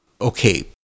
Okay